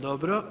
Dobro.